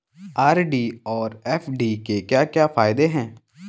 RD और FD के क्या क्या फायदे हैं?